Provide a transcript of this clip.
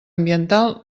ambiental